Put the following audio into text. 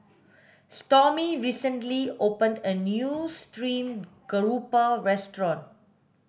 Stormy recently opened a new stream grouper restaurant